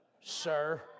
sir